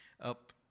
up